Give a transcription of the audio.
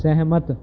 ਸਹਿਮਤ